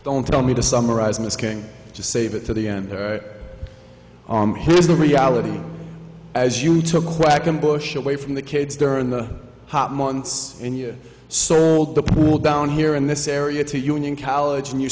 don't tell me to summarize miss king just save it to the end here's the reality as you took what i can push away from the kids during the hot months and you sold the pool down here in this area to union college and you